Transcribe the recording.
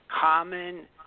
common